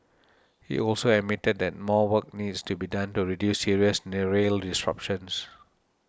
he also admitted that more work needs to be done to reduce serious the rail disruptions